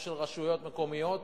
או של רשויות מקומיות,